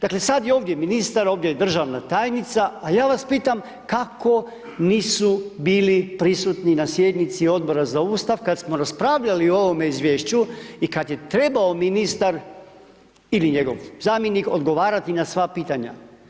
Dakle, sad je ovdje ministar, ovdje je državna tajnica, a ja vas pitam kako nisu bili prisutni na sjednici Odbora za Ustav kad smo raspravljali o ovome izvješću i kad je trebao ministar ili njegov zamjenik odgovarati na sva pitanja.